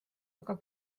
aga